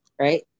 Right